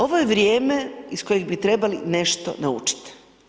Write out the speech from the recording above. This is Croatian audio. Ovo je vrijeme iz kojeg bi trebali nešto naučiti.